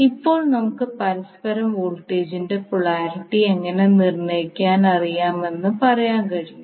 ഇപ്പോൾ നമുക്ക് പരസ്പരം വോൾട്ടേജിന്റെ പൊളാരിറ്റി എങ്ങനെ നിർണയിക്കാൻ അറിയാമെന്ന് പറയാൻ കഴിയും